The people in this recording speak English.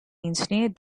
engineered